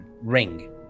ring